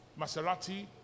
Maserati